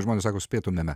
žmonės sako spėtumėme